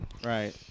Right